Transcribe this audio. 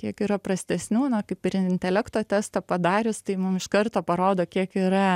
kiek yra prastesnių na kaip ir intelekto testą padarius tai mum iš karto parodo kiek yra